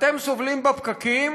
אתם סובלים בפקקים,